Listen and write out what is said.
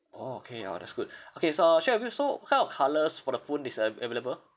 orh okay orh that's good okay so check with you so what kind of colours for the phone is a~ available